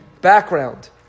background